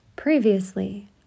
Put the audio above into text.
Previously